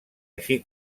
així